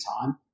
time